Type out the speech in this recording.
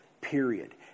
period